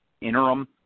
interim